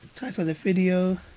title of the video.